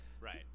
Right